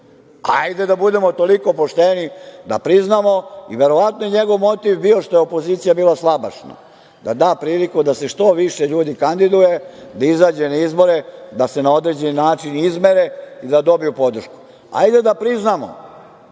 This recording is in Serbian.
Hajde da budemo toliko pošteni da priznamo. Verovatno je njegov motiv bio što je opozicija bila slabašna da da priliku da se što više ljudi kandiduje, da izađe na izbore, da se na određeni način izmere i da dobiju podršku. Hajde da priznamo